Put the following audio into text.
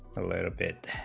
a little bit